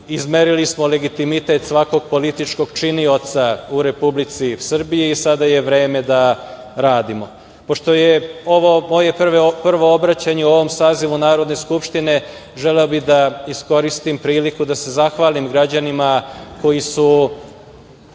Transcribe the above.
izmerili smo legitimitet svakog političkog činioca u Republici Srbiji i sada je vreme da radimo. Pošto je ovo moje prvo obraćanje u ovom sazivu Narodne skupštine, želeo bih da iskoristim priliku da se zahvalim građanima koji su